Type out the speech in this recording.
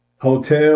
hotel